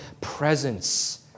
presence